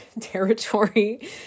territory